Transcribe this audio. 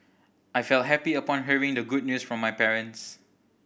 I felt happy upon hearing the good news from my parents